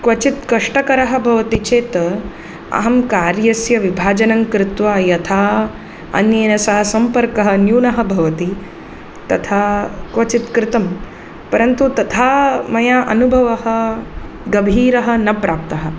क्वचित् कष्टकरः भवति चेत् अहं कार्यस्य विभाजनं कृत्वा यथा अन्येन सह सम्पर्कः न्यूनः भवति तथा क्वचित् कृतं परन्तु तथा मया अनुभवः गभीरः न प्राप्तः